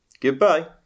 goodbye